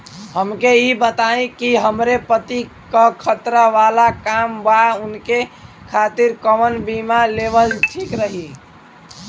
हमके ई बताईं कि हमरे पति क खतरा वाला काम बा ऊनके खातिर कवन बीमा लेवल ठीक रही?